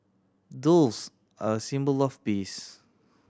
doves are symbol of peace